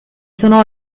sono